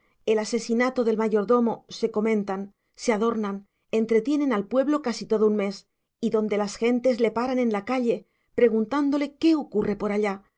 el asesinato del mayordomo se comentan se adornan entretienen al pueblo casi todo un mes y donde las gentes le paran en la calle preguntándole qué ocurre por allá